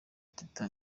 teta